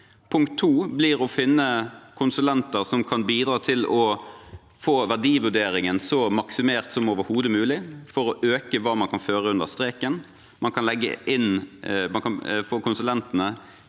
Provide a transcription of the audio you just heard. Punkt to blir å finne konsulenter som kan bidra til å få verdivurderingen så maksimert som overhodet mulig, for å øke hva man kan føre under streken. Man kan få konsulentene